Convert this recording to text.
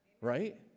Right